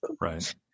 right